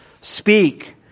speak